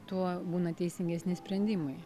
tuo būna teisingesni sprendimai